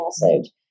message